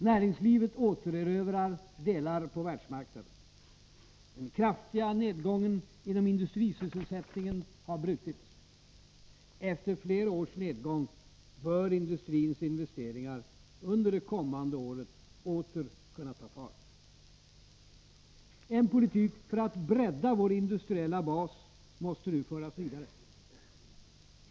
Näringslivet återerövrar andelar på världsmarknaden. Den kraftiga nedgången inom industrisysselsättningen har brutits. Efter flera års nedgång bör industrins investeringar under det kommande året åter kunna ta fart. En politik för att bredda vår industriella bas måste nu föras vidare.